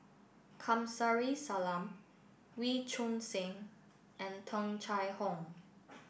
Kamsari Salam Wee Choon Seng and Tung Chye Hong